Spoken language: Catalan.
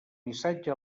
missatge